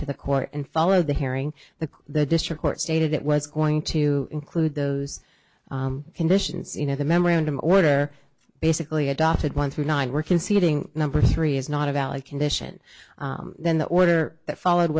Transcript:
to the court and followed the hearing the the district court stated it was going to include those conditions you know the memorandum order basically adopted one through nine were conceding number three is not a valid condition then the order that followed